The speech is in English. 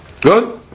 Good